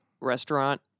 restaurant